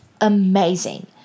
amazing